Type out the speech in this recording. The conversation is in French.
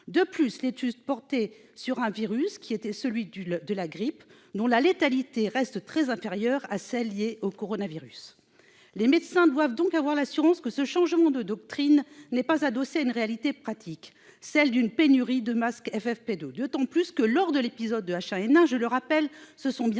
De plus, l'étude portait sur le virus de la grippe, dont la létalité reste très inférieure à celle qui est liée au coronavirus. Les médecins doivent donc avoir l'assurance que ce changement de doctrine n'est pas adossé à une réalité pratique, celle de la pénurie de masques FFP2, d'autant plus que, lors de l'épisode de la grippe H1N1, je le rappelle,